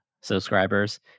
subscribers